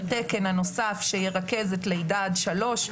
התקן הנוסף שירכז את לידה עד שלוש,